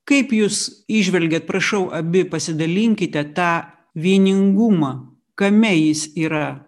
kaip jūs įžvelgėt prašau abi pasidalinkite tą vieningumą kame jis yra